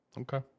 Okay